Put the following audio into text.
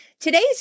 Today's